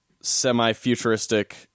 semi-futuristic